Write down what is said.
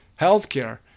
healthcare